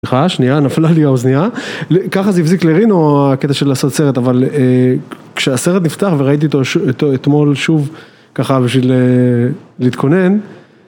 סליחה, שנייה נפלה לי האוזניה, ככה זה הבזיק לרינו הקטע של לעשות סרט אבל כשהסרט נפתח וראיתי אתמול שוב ככה בשביל להתכונן